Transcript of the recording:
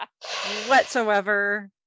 Whatsoever